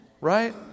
Right